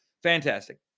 Fantastic